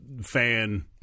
fan